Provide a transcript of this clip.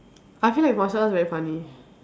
I feel like martial arts very funny